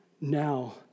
now